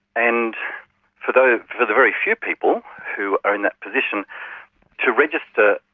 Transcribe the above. and for the for the very few people who are in that position to register